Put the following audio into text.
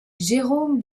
jérôme